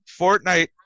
Fortnite